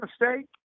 mistake